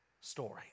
story